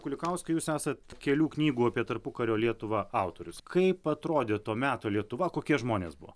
kulikauskai jūs esat kelių knygų apie tarpukario lietuvą autorius kaip atrodė to meto lietuva kokie žmonės buvo